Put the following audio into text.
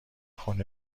خونه